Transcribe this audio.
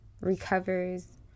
recovers